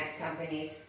companies